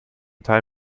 teil